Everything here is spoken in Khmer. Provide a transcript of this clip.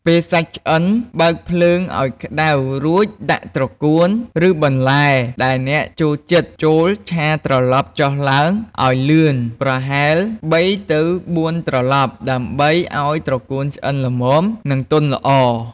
ពេលសាច់ឆ្អិន បើកភ្លើងឱ្យខ្លាំង រួចដាក់ត្រកួន ឬបន្លែដែលអ្នកចូលចិត្តចូល ឆាត្រឡប់ចុះឡើងឱ្យលឿន ប្រហែល ៣ ទៅ ៤ ត្រឡប់ ដើម្បីឱ្យត្រកួនឆ្អិនល្មម និងទន់ល្អ។